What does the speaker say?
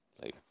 Later